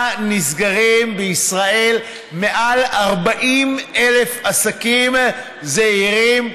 נסגרים בישראל מעל 40,000 עסקים זעירים,